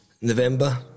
November